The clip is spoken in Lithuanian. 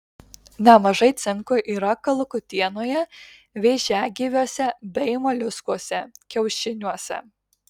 nemažai cinko yra kalakutienoje vėžiagyviuose bei moliuskuose kiaušiniuose